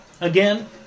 Again